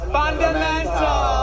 Fundamental